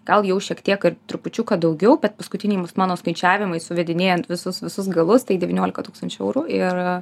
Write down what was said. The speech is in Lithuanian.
gal jau šiek tiek ir trupučiuką daugiau bet paskutiniais mano skaičiavimais suvedinėjant visus visus galus tai devyniolika tūkstančių eurų ir